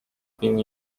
been